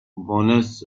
bonus